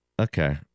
Okay